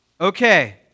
Okay